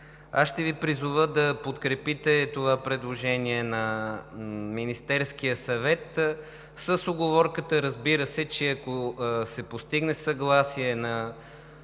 Ще Ви призова да подкрепите това предложение на Министерския съвет с уговорката, разбира се, че ако се постигне съгласие на